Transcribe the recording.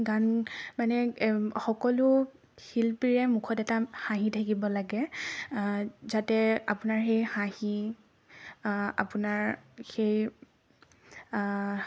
গান মানে সকলো শিল্পীৰে মুখত এটা হাঁহি থাকিব লাগে যাতে আপোনাৰ সেই হাঁহি আপোনাৰ সেই